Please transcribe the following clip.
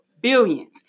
billions